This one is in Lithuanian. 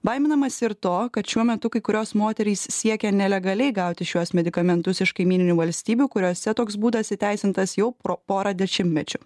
baiminamasi ir to kad šiuo metu kai kurios moterys siekia nelegaliai gauti šiuos medikamentus iš kaimyninių valstybių kuriose toks būdas įteisintas jau pro porą dešimtmečių